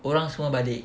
dorang semua balik